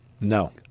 No